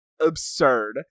absurd